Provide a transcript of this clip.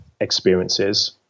experiences